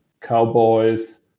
cowboys